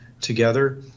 together